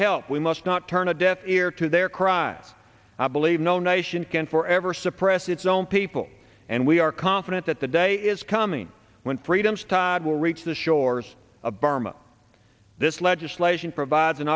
help we must not turn a deaf ear to their cry i believe no nation can forever suppress its own people and we are confident that the day is coming when freedom's todd will reach the shores of burma this legislation provides an